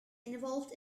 involved